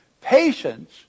Patience